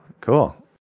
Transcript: cool